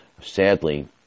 sadly